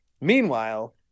meanwhile